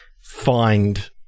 find